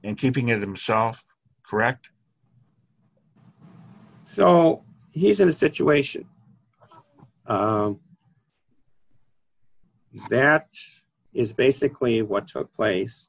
and keeping it themself correct so he's in a situation that is basically what took place